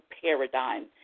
paradigm